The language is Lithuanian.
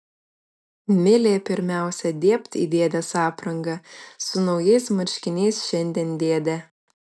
milė pirmiausia dėbt į dėdės aprangą su naujais marškiniais šiandien dėdė